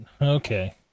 Okay